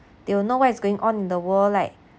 they will know what is going on in the world like